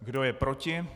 Kdo je proti?